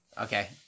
okay